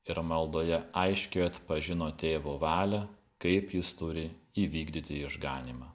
ir maldoje aiškiai atpažino tėvo valią kaip jis turi įvykdyti išganymą